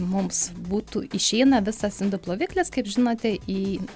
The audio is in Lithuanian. mums būtų išeina visas indų ploviklis kaip žinote į